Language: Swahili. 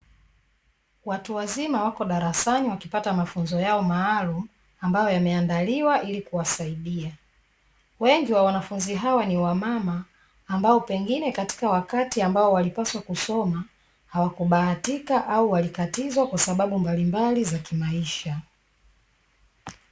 Watu wazima wako darasani wakipata mafunzo yao maalumu, ambayo yameandaliwa ili kuwasaidia. Wengi wa wanafunzi hawa ni wamama, ambao pengine katika wakati ambao walipaswa kusoma hawakubahatika au walikatizwa kwa sababu mbalimbali za kimaisha.